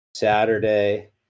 Saturday